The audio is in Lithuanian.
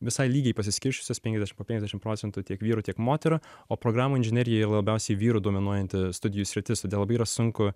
visai lygiai pasiskirsčiusios penkiasdešim po penkiasdešim procentų tiek vyrų tiek moterų o programų inžinerija labiausiai vyrų dominuojanti studijų sritis todėl labai yra sunku